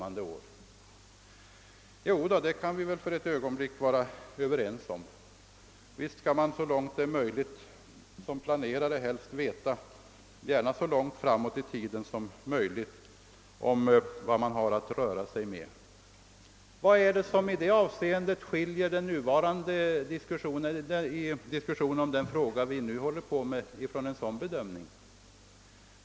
Visst skall man, så långt det är möjligt, som planerare helst veta — gärna så långt framåt i tiden som möjligt — vad man har att röra sig med. Vad är det som i det avseendet skiljer diskussionen om den fråga vi nu håller på med ifrån en sådan bedömning?